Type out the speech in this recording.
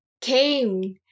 came